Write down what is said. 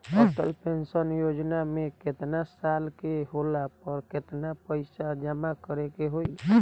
Atal pension योजना मे केतना साल के होला पर केतना पईसा जमा करे के होई?